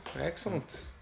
excellent